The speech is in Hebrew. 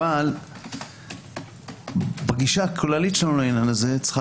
אבל בגישה הכללית שלנו בעניין צריכה